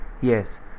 Yes